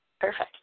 Perfect